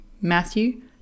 Matthew